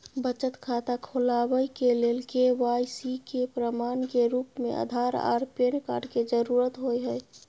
बचत खाता खोलाबय के लेल के.वाइ.सी के प्रमाण के रूप में आधार आर पैन कार्ड के जरुरत होय हय